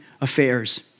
affairs